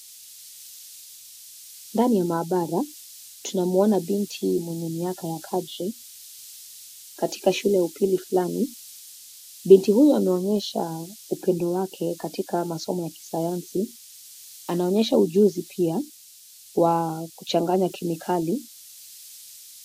Ndani ya maabara tunamuona binti mwenye miaka ya kadri katika shule ya upili fulani. Binti huyu ameonyesha upendo wake katika masomo ya kisayansi, anaonyesha ujuzi pia wa kuchanganya kemikali.